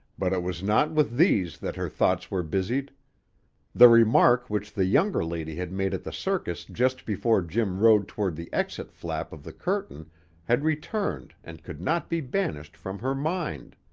but it was not with these that her thoughts were busied the remark which the younger lady had made at the circus just before jim rode toward the exit-flap of the curtain had returned and could not be banished from her mind